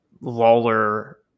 Lawler